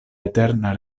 eterna